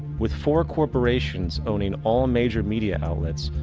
with four corporations owning all major media outlets,